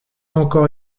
encore